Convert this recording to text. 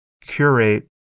curate